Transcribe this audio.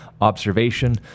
observation